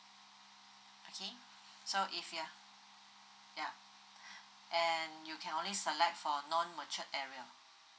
okay so if you are ya and you can ony select for non mature area